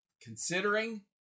considering